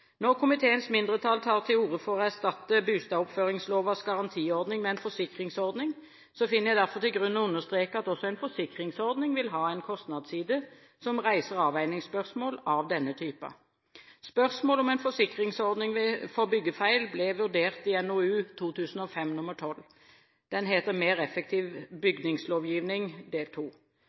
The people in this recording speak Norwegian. Når komiteens mindretall tar til orde for å erstatte bostedoppføringslovens garantiordning med en forsikringsordning, finner jeg derfor grunn til å understreke at også en forsikringsordning vil ha en kostnadsside som reiser avveiningsspørsmål av denne typen. Spørsmålet om en forsikringsordning for byggefeil ble vurdert i NOU 2005: 12 Mer effektiv bygningslovgivning